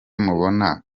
mubona